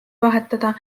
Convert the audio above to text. vahetada